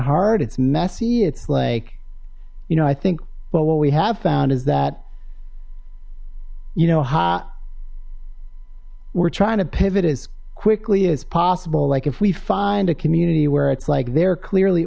hard it's messy it's like you know i think but what we have found is that you know how we're trying to pivot as quickly as possible like if we find a community where it's like they're clearly